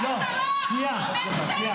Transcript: אבל היא פונה אליי.